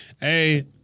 Hey